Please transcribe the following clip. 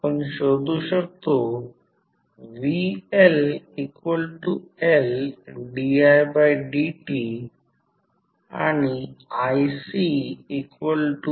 आपण शोधू शकतो